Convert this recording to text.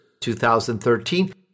2013